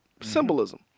symbolism